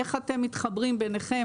איך אתם מתחברים ביניכם?